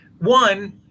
one